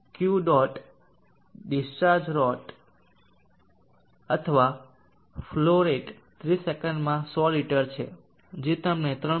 Q dot discharge rate અથવા flow rate 30 second માં 100 litre છે જે તમને 3